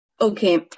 Okay